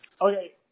Okay